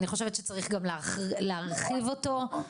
אני חושבת שצריך גם להרחיב אותו.